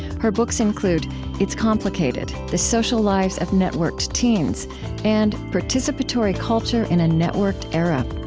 her books include it's complicated the social lives of networked teens and participatory culture in a networked era